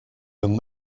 young